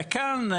בקלן,